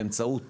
באמצעות